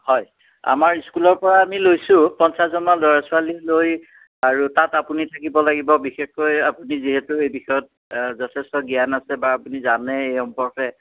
হয় আমাৰ স্কুলৰপৰা আমি লৈছোঁ পঞ্চাছজমান ল'ৰা ছোৱালী লৈ আৰু তাত আপুনি থাকিব লাগিব বিশেষকৈ আপুনি যিহেতু এই বিষয়ত যথেষ্ট জ্ঞান আছে বা আপুনি জানে এই সম্পৰ্কে